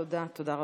תודה, תודה רבה.